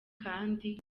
kandi